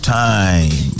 time